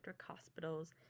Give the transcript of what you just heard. hospitals